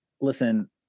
listen